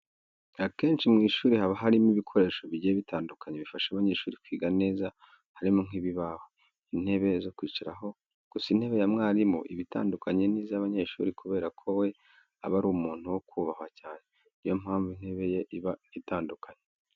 Akenshi mu ishuri haba harimo ibikoresho bigiye bitandukanye bifasha abanyeshuri kwiga neza harimo nk'ibibaho, intebe zo kwicaraho, gusa intebe ya mwarimu iba itandukanye n'izabanyeshuri kubera ko we aba ari umuntu wo kubahwa cyane, ni yo mpamvu intebe ye iba itandukanye.